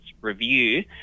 review